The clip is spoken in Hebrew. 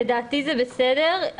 לדעתי זה בסדר,